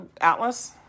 Atlas